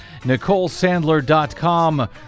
NicoleSandler.com